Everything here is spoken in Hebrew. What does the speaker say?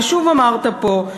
ושוב אמרת פה,